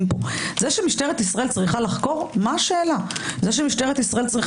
פה זה שמשטרת ישראל צריכה לחקור מה השאלה?